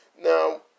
Now